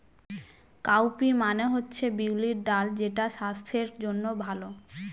cowpea মানে হচ্ছে বিউলির ডাল যেটা স্বাস্থ্যের জন্য ভালো